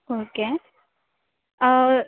okay